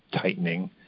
tightening